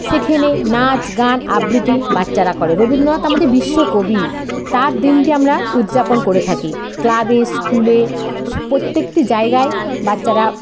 সেখেনে নাচ গান আবৃতি বাচ্চারা করে রবীন্দ্রনাথ আমাদের বিশ্বকবি তার দিনটি আমরা উৎযাপন করে থাকি ক্লাবে স্কুলে প্রত্যেকটি জায়গায় বাচ্চারা